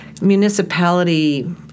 municipality